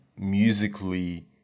musically